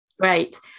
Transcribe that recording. Great